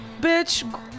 Bitch